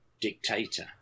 dictator